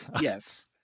yes